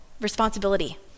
responsibility